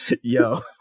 Yo